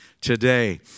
today